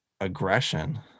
aggression